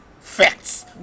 Facts